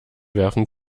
werfen